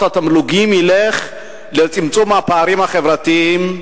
התמלוגים ילך לצמצום הפערים החברתיים.